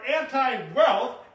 anti-wealth